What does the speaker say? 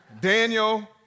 Daniel